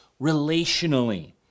relationally